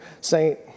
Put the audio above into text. saint